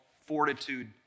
fortitude